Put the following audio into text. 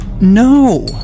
no